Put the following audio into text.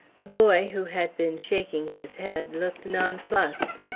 the boy, who had been shaking his head, looked nonplussed.